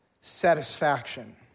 satisfaction